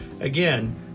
Again